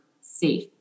safe